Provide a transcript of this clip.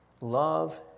Love